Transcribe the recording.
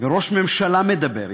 וראש ממשלה מדבר איתך,